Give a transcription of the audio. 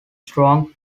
strong